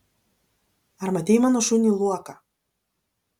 ar matei mano šunį luoką